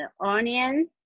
onion